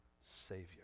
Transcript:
Savior